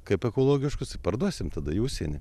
kaip ekologiškus i parduosim tada į užsienį